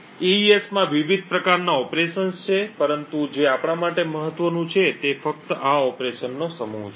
AES માં વિવિધ પ્રકારના કાર્યો છે પરંતુ જે આપણા માટે મહત્ત્વનું છે તે ફક્ત આ કામગીરી નો સમૂહ છે